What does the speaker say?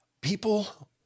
people